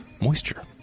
moisture